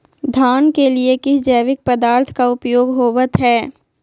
धान के लिए किस जैविक पदार्थ का उपयोग होवत है?